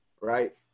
right